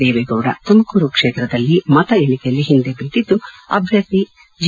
ದೇವೇಗೌಡ ತುಮಕೂರು ಕ್ಷೇತ್ರದಲ್ಲಿ ಮತ ಎಣಿಕೆಯಲ್ಲಿ ಹಿಂದೆ ಬಿದ್ದಿದ್ದು ಬಿಜೆಪಿ ಅಭ್ಯರ್ಥಿ ಜಿ